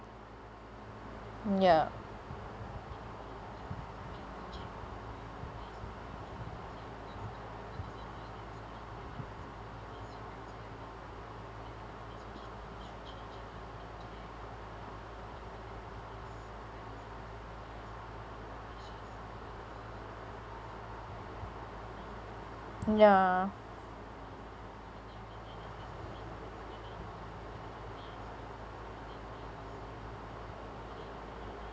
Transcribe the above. ya